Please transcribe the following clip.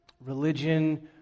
religion